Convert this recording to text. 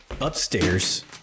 upstairs